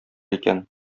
икән